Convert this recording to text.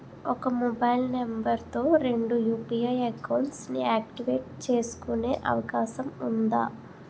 ఒక mobile number తో రెండు యు.పి.ఐ అకౌంట్స్ యాక్టివేట్ చేసుకునే అవకాశం వుందా?